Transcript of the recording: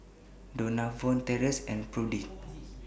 Donavon Tracee and Prudie